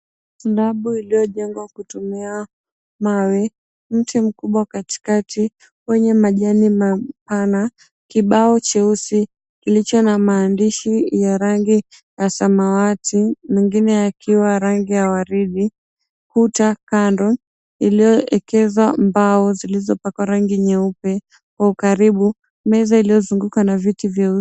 Klabu iliyojengwa kutumia mawe mti mkubwa katikati kwenye majani mapana kibao cheusi kilicho na mahandishi ya rangi ya samawati mengine yakiwa ya rangi ya waridi. Kuta kando iliyowekezwa mbao iliyopakwa rangi nyeupe. Kwa ukaribu meza iliyozungukwa na viti vieusi.